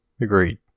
Agreed